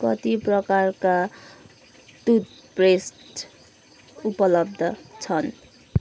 कति प्रकारका टुथपेस्ट उपलब्ध छन्